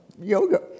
yoga